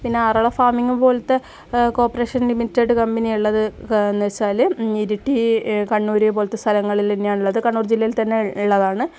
പിന്നെ അരള ഫാമിംഗ് പോലത്തെ corporation limited company ഉള്ളത് എന്ന് വെച്ചാല് ഇരിട്ടി കണ്ണൂര് പോലത്തെ സ്ഥലങ്ങളിൽ തന്നെയാണ് ഉള്ളത് കണ്ണൂർ ജില്ലയിൽ തന്നെ ഉള്ളതാണ്